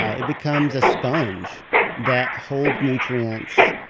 ah it becomes a sponge that holds nutrients,